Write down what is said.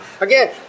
again